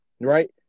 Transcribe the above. right